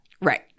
Right